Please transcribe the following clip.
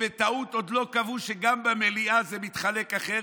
ובטעות עוד לא קבעו שגם במליאה זה מתחלק אחרת,